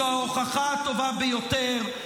זו ההוכחה הטובה ביותר.